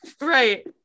right